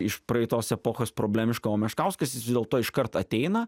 iš praeitos epochos problemiška o meškauskas jis vis dėlto iškart ateina